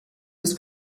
des